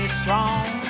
strong